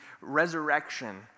resurrection